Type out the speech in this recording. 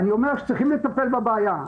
צריך לטפל בבעיה,